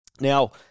Now